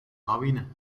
lawine